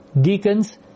deacons